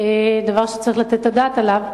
דבר שצריך לתת את הדעת עליו,